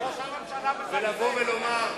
ראש הממשלה מזגזג.